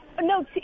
no